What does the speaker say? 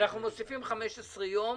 מוסיפים 15 יום,